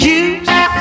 use